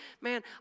man